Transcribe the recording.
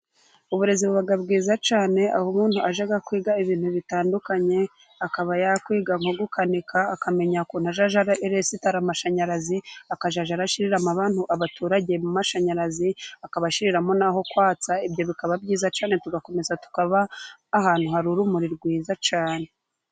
Uburezi buba bwiza cyane, aho umuntu ajya kwiga ibintu bitandukanye, akaba yakwiga nko gukanika, akamenya ukuntu azajya aresitara amashanyarazi. Akazajya arashyiriramo abantu, abaturage mo amashanyarazi akabashyiriramo n'aho kwatsa. Ibyo bikaba byiza cyane, tugakomeza tukaba ahantu hari urumuri rwiza cyane.